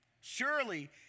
Surely